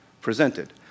presented